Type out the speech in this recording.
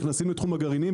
נכנסים לתחום הגרעיני.